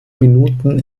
minuten